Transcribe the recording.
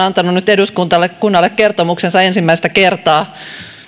antanut nyt eduskunnalle kertomuksensa ensimmäistä kertaa